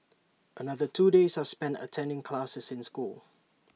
another two days are spent attending classes in school